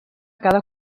cada